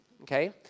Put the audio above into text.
Okay